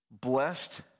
blessed